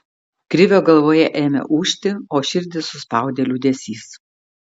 krivio galvoje ėmė ūžti o širdį suspaudė liūdesys